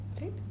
Right